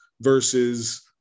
versus